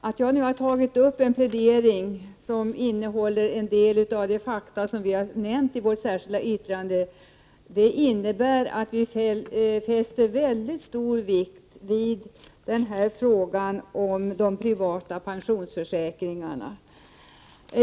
Att jag här har tagit upp en plädering som innehåller en del av de fakta som vi har haft i vårt särskilda yttrande innebär att vi fäster väldigt stor vikt vid frågan om de privata pensionsförsäkringarna.